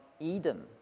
Edom